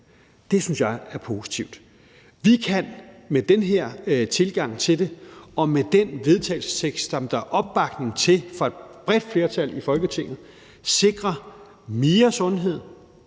Det synes jeg er positivt. Vi kan med den her tilgang til det og med den vedtagelsestekst, som der er opbakning til fra et bredt flertal i Folketinget, sikre mere sundhed,